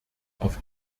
auf